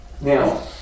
Now